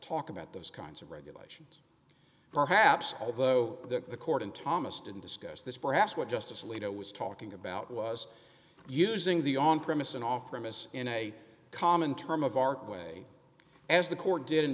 talk about those kinds of regulations perhaps although the court and thomas didn't discuss this perhaps what justice alito was talking about was using the on premise in office in a common term of art way as the court did in